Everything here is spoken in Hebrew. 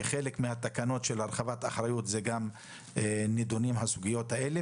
כחלק מן התקנות של הרחבת אחריות נידונות גם הסוגיות הללו,